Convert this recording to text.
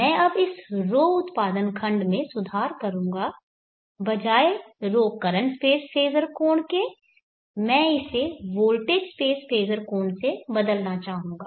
मैं अब इस ρ उत्पादन खंड में सुधार करूंगा बजाय ρ करंट स्पेस फेज़र कोण के मैं इसे वोल्टेज स्पेस फेज़र कोण से बदलना चाहूंगा